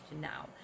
now